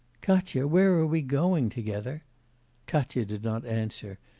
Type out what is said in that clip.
katya, where are we going together katya did not answer,